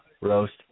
roast